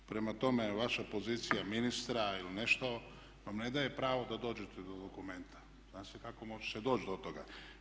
Prema tome, vaša pozicija ministra ili nešto vam ne daje pravo da dođete do dokumenta, zna se kako se može doći do toga.